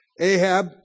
Ahab